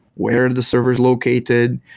where the server is located.